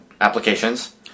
applications